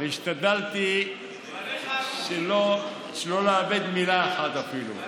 והשתדלתי שלא לאבד מילה אחת אפילו.